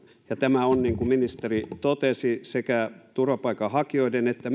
ja tämä on niin kuin ministeri totesi sekä turvapaikanhakijoiden että